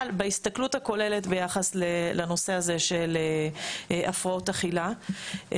בהסתכלות הכוללת ביחס לנושא הזה של הפרעות אכילה.